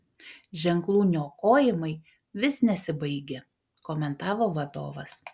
ženklų niokojimai vis nesibaigia komentavo vadovas